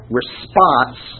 response